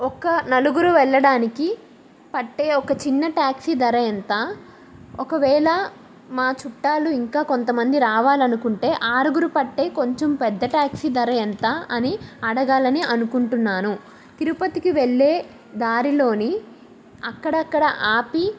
ఒక్క నలుగురు వెళ్లడానికి పట్టే ఒక చిన్న ట్యాక్సీ ధర ఎంత ఒకవేళ మా చుట్టాలు ఇంకా కొంతమంది రావాలనుకుంటే ఆరుగురు పట్టే కొంచెం పెద్ద ట్యాక్సీ ధర ఎంత అని అడగాలని అనుకుంటున్నాను తిరుపతికి వెళ్లే దారిలోని అక్కడక్కడ ఆపి